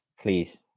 Please